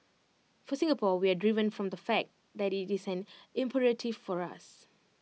for Singapore we are driven from the fact that IT is an imperative for us